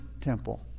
temple